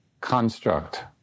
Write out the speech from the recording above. construct